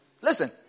Listen